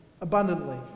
abundantly